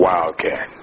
Wildcat